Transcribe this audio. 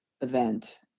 event